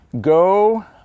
go